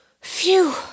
Phew